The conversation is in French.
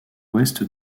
ouest